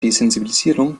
desensibilisierung